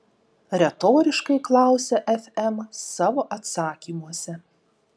retoriškai klausia fm savo atsakymuose